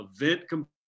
event